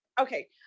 Okay